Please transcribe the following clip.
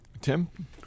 Tim